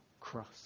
cross